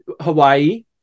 Hawaii